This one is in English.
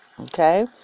Okay